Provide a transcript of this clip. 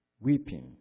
weeping